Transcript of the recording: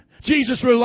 Jesus